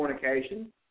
fornication